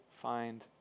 find